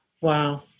Wow